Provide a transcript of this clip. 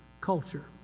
culture